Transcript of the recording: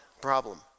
problem